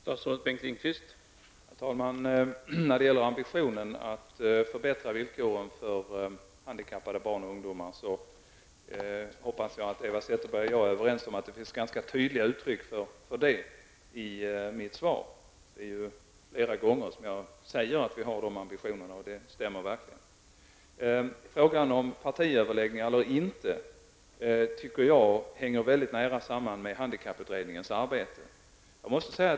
Herr talman! När det gäller ambitionen att förbättra villkoren för handikappade barn och ungdomar hoppas jag att Eva Zetterberg och jag är överens om att det finns ganska tydliga uttryck för det i mitt svar. Jag säger ju flera gånger att vi har dessa ambitioner, och det stämmer verkligen. Frågan om partiöverläggningar eller inte tycker jag hänger mycket nära samman med handikapputredningens arbete.